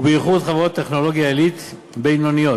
ובייחוד חברות טכנולוגיה עילית בינוניות.